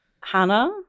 Hannah